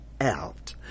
out